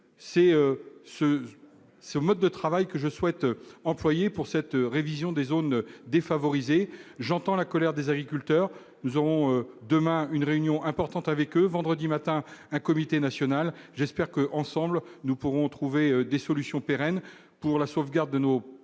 c'est ce ce mode de travail que je souhaite employer pour cette révision des zones défavorisées, j'entends la colère des agriculteurs nous avons demain une réunion importante avec eux vendredi matin, un comité national, j'espère que, ensemble, nous pourrons trouver des solutions pérennes pour la sauvegarde de nos de